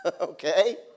Okay